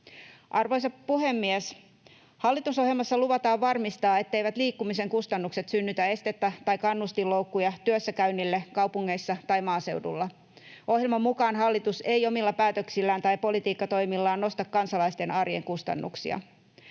Arvoisa puhemies! Hallitusohjelmassa luvataan varmistaa, etteivät liikkumisen kustannukset synnytä estettä tai kannustinloukkuja työssäkäynnille kaupungeissa tai maaseudulla. Ohjelman mukaan hallitus ei omilla päätöksillään tai politiikkatoimillaan nosta kansalaisten arjen kustannuksia.